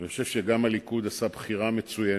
אני חושב שגם הליכוד עשה בחירה מצוינת,